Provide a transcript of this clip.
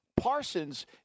Parsons